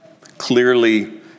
clearly